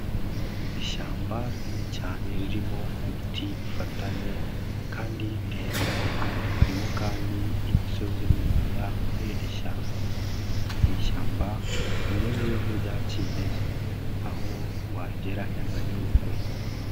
Ishyamba rinini cyane ririmo ibiti bifatanye kandi birebire. Harimo kandi imisozi n'ibibaya muri iri shyamba. Ni ishyamba rimeze nk'irya kimeza. Aho wageraranya nka Nyungwe.